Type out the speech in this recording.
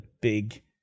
big